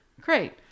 Great